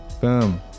boom